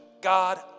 God